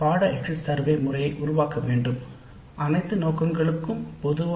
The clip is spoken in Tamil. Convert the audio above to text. ஆனால் எக்ஸிட் சர்வே கணக்கெடுப்பு எவ்வாறு செய்யப்பட வேண்டும் என்று திடமான கொள்கை முறை இல்லை